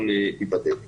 אנחנו מאשרים אותו